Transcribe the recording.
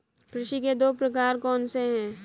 कृषि के दो प्रकार कौन से हैं?